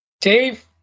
Dave